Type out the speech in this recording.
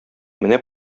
менә